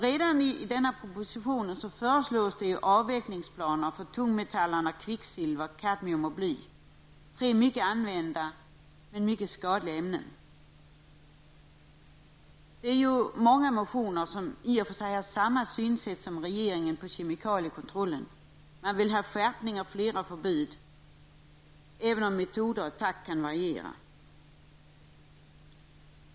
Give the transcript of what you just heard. Redan i denna proposition föreslås avvecklingsplaner för tungmetallerna kvicksilver, kadmium och bly, tre mycket använda men för hälsa och miljö skadliga ämnen. I flera motioner framförs i stort sett samma synsätt som regeringen på kemikaliekontrollen. Man vill få till stånd skärpningar och fler förbud, även om metoder och takt kan variera.